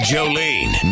Jolene